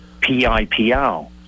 PIPL